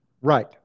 Right